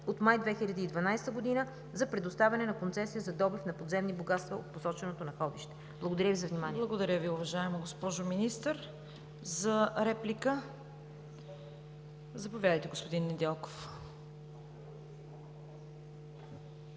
от май 2012 г. за предоставяне на концесия за добив на подземни богатства от посоченото находище. Благодаря Ви за вниманието.